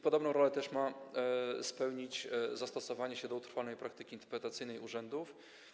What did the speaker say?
Podobną funkcję ma spełnić zastosowanie się do utrwalonej praktyki interpretacyjnej urzędów.